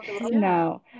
No